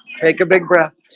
take a big breath